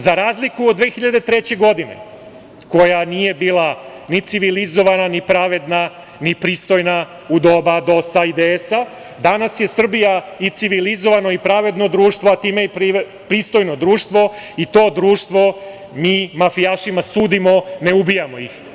Za razliku od 2003. godine, koja nije bila ni civilizovana, ni pravedna, ni pristojna u doba DOS-a i DS-a, danas je Srbija i civilizovano i pravedno društvo, a time je i pristojno društvo i to društvo mafijašima sudi, a ne ubija ih.